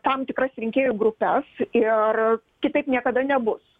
tam tikras rinkėjų grupes ir kitaip niekada nebus